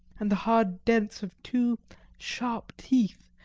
and the hard dents of two sharp teeth,